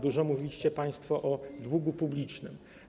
Dużo mówiliście państwo o długu publicznym.